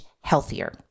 healthier